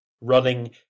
running